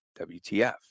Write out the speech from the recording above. WTF